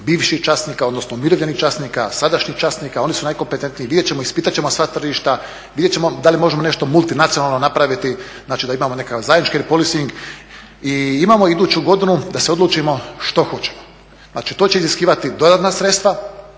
bivših časnika, odnosno umirovljenih časnika, sadašnjih časnika, oni su najkompetentniji, vidjet ćemo, ispitat ćemo sva tržišta, vidjet ćemo da li možemo nešto multinacionalno napraviti, znači da imamo neki zajednički … i imamo iduću godinu da se odlučimo što hoćemo. Znači, to će iziskivati dodatna sredstva